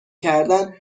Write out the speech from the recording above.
کردن